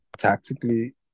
Tactically